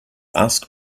ask